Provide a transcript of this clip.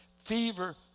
Fever